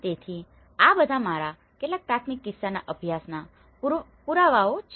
તેથી આ બધા મારા કેટલાક પ્રાથમિક કિસ્સાના અભ્યાસના પુરાવાઓ છે